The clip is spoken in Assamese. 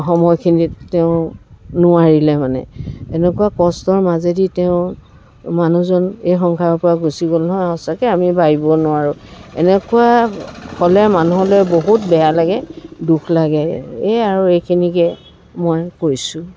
সময়খিনিত তেওঁ নোৱাৰিলে মানে এনেকুৱা কষ্টৰ মাজেদি তেওঁ মানুহজন এই সংসাৰৰ পৰা গুচি গ'ল নহয় সঁচাকৈ আমি ভাবিব নোৱাৰোঁ এনেকুৱা হ'লে মানুহলৈ বহুত বেয়া লাগে দুখ লাগে এই আৰু এইখিনিকে মই কৈছোঁ